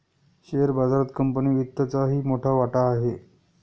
share बाजारात company वित्तचाही मोठा वाटा आहे